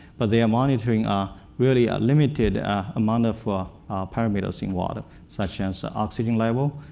but they are monitoring ah really a limited amount of ah parameters in water, such as so oxygen level,